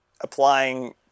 applying